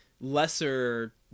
lesser